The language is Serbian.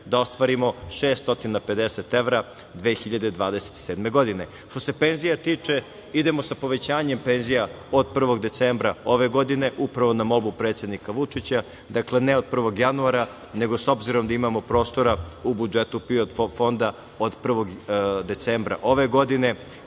da ostvarimo 650 evra 2027. godine. Što se penzija tiče, idemo sa povećanjem penzija od 1. decembra ove godine, upravo na molbu predsednika Vučića, ne od 1. januara , nego s obzirom da imamo prostora u budžetu PIO fonda, od decembra ove godine,